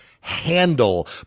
handle